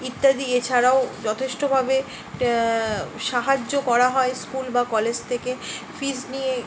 ইত্যাদি এছাড়াও যথেষ্টভাবে সাহায্য করা হয় স্কুল বা কলেজ থেকে ফিজ নিয়ে